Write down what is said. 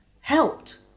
helped